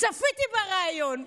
צפיתי בריאיון.